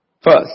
first